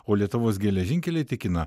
o lietuvos geležinkeliai tikina